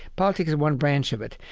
politics is one branch of it.